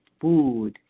food